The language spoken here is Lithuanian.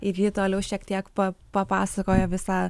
ir ji toliau šiek tiek pa pasakojo visą